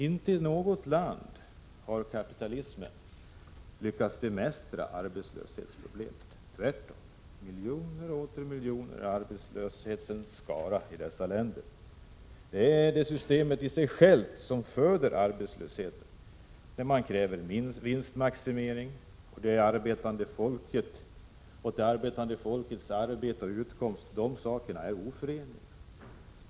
Inte i något land har kapitalismen lyckats bemästra arbetslöshetsproblemet. Tvärtom, miljoner och åter miljoner är arbetslöshetens skara i dessa länder. Det är det systemet i sig självt som föder arbetslösheten. Vinstmaximering och åt det arbetande folket sysselsättning och utkomst är oförenliga krav.